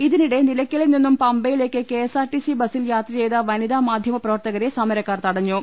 ഇതിനിടെ നിലയ്ക്കലിൽ നിന്നും പമ്പയിലേക്ക് K S R T C ബസിൽ യാത്ര ചെയ്ത വനിതാ മാധ്യമ പ്രവർത്തകരെ സമരക്കാർ തടഞ്ഞു